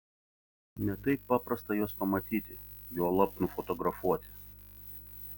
ne taip paprasta juos pamatyti juolab nufotografuoti